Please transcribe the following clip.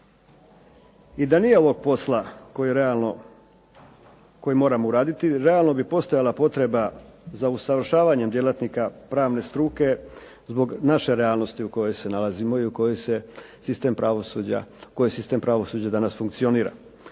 i da nije ovog posla koji moramo uraditi realno bi postojala potreba za usavršavanjem djelatnika pravne struke zbog naše realnosti u kojoj se nalazimo i u kojoj sistem pravosuđa danas funkcionira.